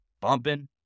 bumping